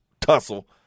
tussle